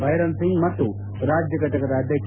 Byron Singh ಮತ್ತು ರಾಜ್ಯ ಫಟಕದ ಅಧ್ಯಕ್ಷ